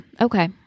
Okay